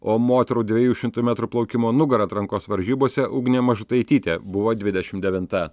o moterų dviejų šimtų metrų plaukimo nugara atrankos varžybose ugnė mažutaitytė buvo dvidešimt devinta